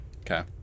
Okay